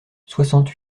soixante